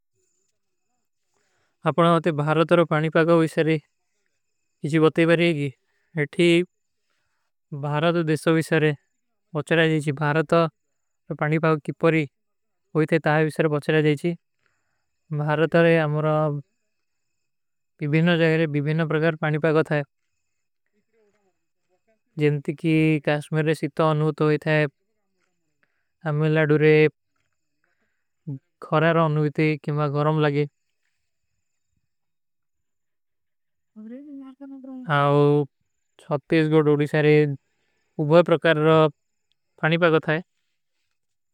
ଅପନା ଅଥେ ଭାରତାରୋ ପାନୀ ପାଗା ଵିଶରେ ଇଜୀ ବତେ ବାରେ ଗୀ। ଇଠୀ ଭାରତାରୋ ଦେଶୋ ଵିଶରେ ପଚଲା ଜୀଜୀ। ଭାରତାରୋ ପାଣୀ ପାଗା କିପରୀ ଵିଶରେ ପଚଲା ଜୀଜୀ। ଭାରତାରୋ ଅମୁରା ଭୀଭୀନୋ ଜଗରେ ଭୀଭୀନୋ ପ୍ରଗର ପାଣୀ ପାଗା ଥାଯ। ଜନତି କୀ କାଶ୍ମେରେ ସିତା ଅନୁଥୋ ଇତାଯ ହମେଲାଡୁରେ ଘରାର ଅନୁଥୋ ଇତାଯ କେମା ଘରମ ଲାଗେ। ଆଓ ଗୋଡୀ ସାରେ ଉବହ ପ୍ରକାର ପାଣୀ ପାଗା ଥାଯ।